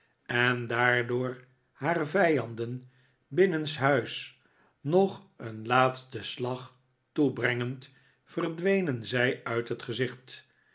en daardoor haar vijanden binnenshuis nog een laatsten slag toebrengend verdwenen zij uit het gezicht